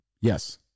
Yes